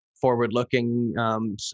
forward-looking